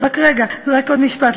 רק רגע, רק עוד משפט.